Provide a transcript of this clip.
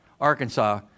Arkansas